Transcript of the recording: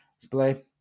display